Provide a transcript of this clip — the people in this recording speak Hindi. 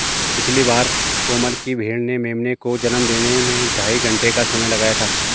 पिछली बार कोमल की भेड़ ने मेमने को जन्म देने में ढाई घंटे का समय लगाया था